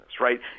right